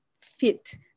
fit